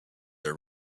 are